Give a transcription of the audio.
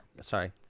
Sorry